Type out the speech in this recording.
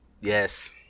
yes